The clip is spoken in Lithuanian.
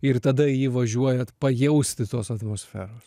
ir tada į jį važiuojat pajausti tos atmosferos